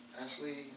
Ashley